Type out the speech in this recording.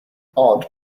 odd